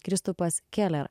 kristupas keler